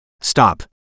stop